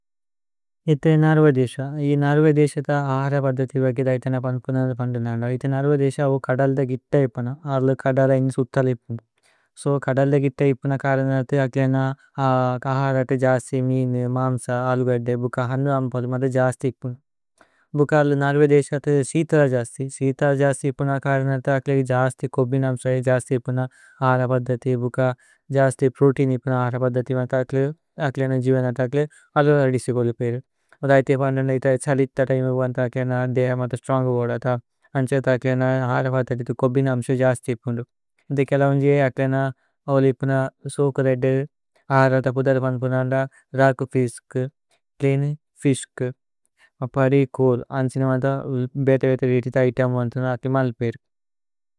ഇതേ നര്വ ദേശ ഇ നര്വ ദേശ ത ആഹര പദ്ധതി। വകേദ ഇതേനേ പന്പുനനദ പന്ദനദ ഇതേ നര്വ। ദേശ വോ കദല്ദ ഗിത്ത ഇപന അര്ല കദല ഇന്। സുതല ഇപന സോ കദല്ദ ഗിത്ത ഇപന കരനരത। ഏക് ലേന ആഹരത ജസ്തി മീനി മാമ്സ അലുഗദ്ദേ। ബുക ഹന്നു അമ്പോല മദ ജസ്തി ഇപന ഭുക അര്ല। നര്വ ദേശ ത ശീതല ജസ്തി ശീതല ജസ്തി। ഇപന കരനരത ഏക് ലേന ജസ്തി കോബിനാമ്സ ജസ്തി। ഇപന ആഹര പദ്ധതി ബുക ജസ്തി പ്രോതേഇന് ഇപന। അഹര പദ്ധതി മാന്ത അക്ലേ അക്ലേ ലേന ജിവനത। അക്ലേ അര്ല രദിസി ഗോലു പേരു അധ ഇതേ പന്ദനദ। ഇത ഛലിഥ ത ഇമഗു മാന്ത അക്ലേ ലേന ദേഹ। മാന്ത സ്ത്രോന്ഗ് ബോദ ത അന്ഛ ത അക്ലേ ലേന ആഹര। പദ്ധതി കോബിനാമ്സ ജസ്തി ഇപുന്ദു ഇധേ കേല। ഉന്ജേ അക്ലേ ലേന അവലേ ഇപുന സോക ദൈദേ ആഹരത। പുദര പന്പുനനദ രകു ഫിസ്കേ പ്ലേനേ। ഫിസ്കേ അപരി കോല് അന്ഛ ന മാന്ത ബേത ബേത। രേഇതി ത ഇതേ അമു അന്തര അക്ലേ മലു പേരു।